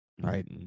Right